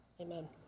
amen